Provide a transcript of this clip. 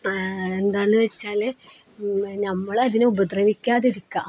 എന്താണെന്നുവെച്ചാല് നമ്മളതിനെ ഉപദ്രവിക്കാതിരിക്കുക